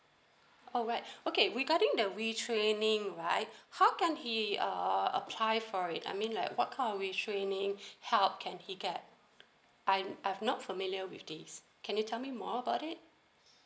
alright okay regarding the retraining right how can he uh apply for it I mean like what kind of retraining help can he get I'm I've not familiar with this can you tell me more about it